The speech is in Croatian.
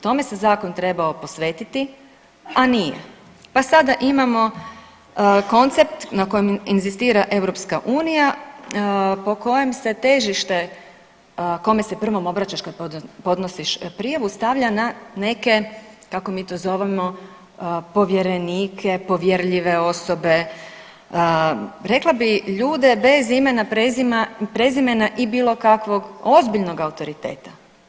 Tome se zakon trebao posvetiti, a nije pa sada imamo koncept na kojem inzistira EU po kojem se težište kome se prvom obraćaš kad ponosiš prijavu stavlja na neke kako mi to zovemo povjerenike, povjerljive osobe, rekla bi ljude bez imena, prezimena i bilo kakvog ozbiljno autoriteta.